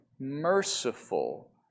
merciful